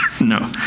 No